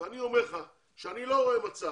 אני אומר לך שאני לא רואה מצב